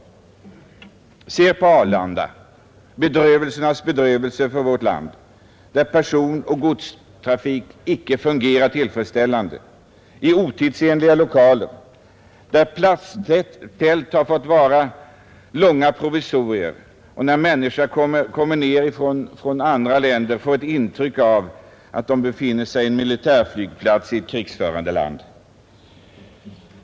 Se på Arlanda, bedrövelsernas bedrövelse för vårt land, där personoch godstrafik icke fungerar tillfredsställande, i otidsenliga lokaler, där plasttält fått vara långvariga provisorier och där människor som kommer ned från andra länder får ett intryck av att de befinner sig på en militärflygplats i ett krigförande land.